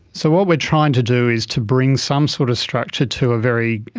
so what we are trying to do is to bring some sort of structure to a very